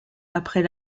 après